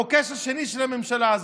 המוקש השני של הממשלה הזאת,